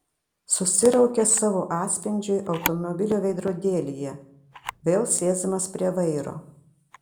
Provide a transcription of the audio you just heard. susiraukė savo atspindžiui automobilio veidrodėlyje vėl sėsdamas prie vairo